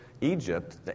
Egypt